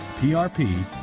PRP